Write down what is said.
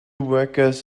workers